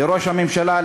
לראש הממשלה,